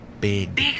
Big